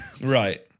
right